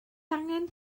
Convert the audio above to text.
angen